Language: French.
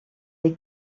est